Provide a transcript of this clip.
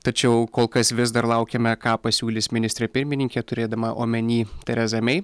tačiau kol kas vis dar laukiame ką pasiūlys ministrė pirmininkė turėdama omeny terezą mei